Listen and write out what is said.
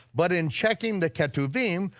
but in checking the ketuvim,